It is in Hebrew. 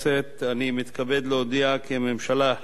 אני מתכבד להודיע כי הממשלה החליטה מכוח